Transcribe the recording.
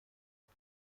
نور